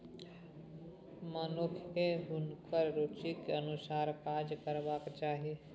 मनुखकेँ हुनकर रुचिक अनुसारे काज करबाक चाही